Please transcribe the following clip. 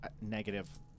negative